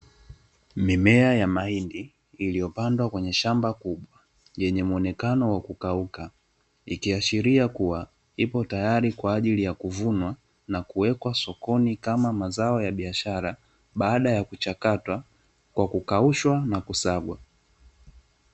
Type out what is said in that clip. Mimea ya mahindi iliyo pandwa kwenye shamba kuu, yenye muonekano wa kukauka ikiashiria kuwa ipo tayari kwajili ya kuvunwa na kuwekwa sokoni kama mazao ya biashara. Baada ya kuchakata kwa kukaushwa na kusagwa.